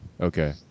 Okay